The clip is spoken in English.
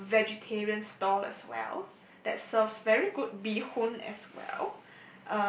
um vegetarian stall as well that serves very good bee-hoon as well